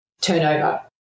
turnover